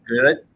good